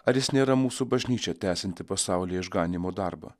ar jis nėra mūsų bažnyčia tęsianti pasaulyje išganymo darbą